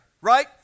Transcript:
right